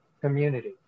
community